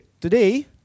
today